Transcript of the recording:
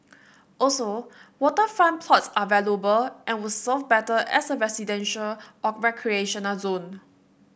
also waterfront plots are valuable and would serve better as a residential or recreational zone